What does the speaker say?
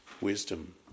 wisdom